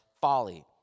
folly